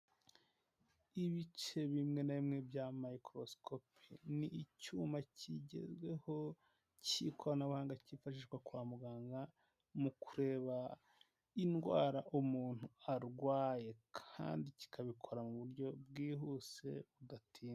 Ibice bimwe na bimwe bya mayikorosikopi, ni icyuma cyigezweho cy'ikoranabuhanga cyifashishwa kwa muganga mu kureba indwara umuntu arwaye, kandi kikabikora mu buryo bwihuse budatinze.